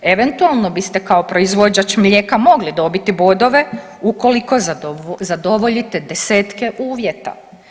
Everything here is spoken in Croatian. Eventualno biste kao proizvođač mlijeka mogli dobiti bodove ukoliko zadovoljite 10-tke uvjeta.